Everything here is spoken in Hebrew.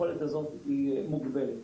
מוגבלת.